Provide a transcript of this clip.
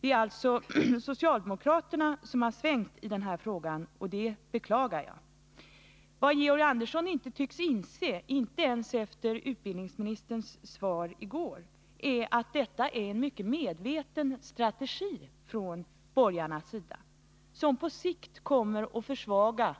Det är alltså socialdemokraterna som har svängt i denna fråga, och det beklagar jag. 191 Vad Georg Andersson inte tycks inse —-inte ens efter utbildningsministerns svar i går — är att detta är en mycket medveten strategi från borgarnas sida, som på sikt kommer att försvaga